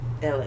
LA